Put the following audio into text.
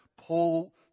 pull